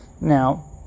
Now